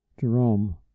Jerome